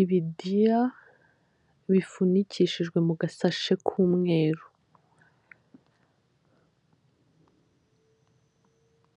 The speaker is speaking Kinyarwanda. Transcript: ibidiya bifunikishijwe mu gasashi k'umweru.